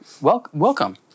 welcome